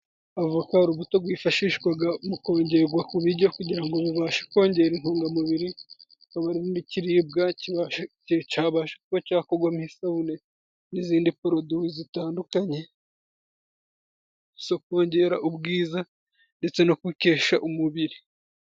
Avoka urubuto rwifashishwa mu kongerwa ku biryo kugira ngo bibashe kongera intungamubiri, rukaba ari n'ikiribwa cyabasha kuba cyakorwamo isabune n'izindi poroduwi zitandukanye zo kongera ubwiza, ndetse no gukesha umubiri.